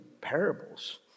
parables